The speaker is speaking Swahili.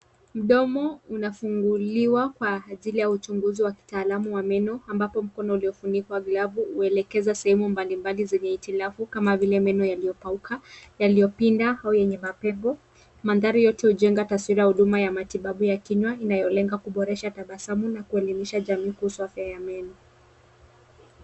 Mdomo unafunguliwa kwa ajili ya uchunguzi wa kitaalamu wa meno ambapo mkono uliofunikwa na glovu huelekeza sehemu mbalimbali zenye hitilafu kama vile meno yaliyopauka, yaliyopinda au yenye mapengo. Mandhari yote hujenga taswira ya huduma ya matibabu ya kinywa inayolenga kuboresha tabasamu na kuelimisha jamii kuhusu afya ya meno.